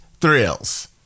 thrills